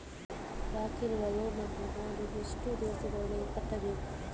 ಬಾಕಿ ಇರುವ ಲೋನ್ ನನ್ನ ನಾನು ಎಷ್ಟು ದಿವಸದ ಒಳಗೆ ಕಟ್ಟಬೇಕು?